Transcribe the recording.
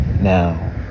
Now